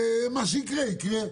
ומה שיקרה יקרה.